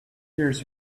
years